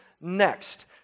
next